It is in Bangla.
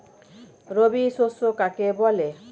রবি শস্য কাকে বলে?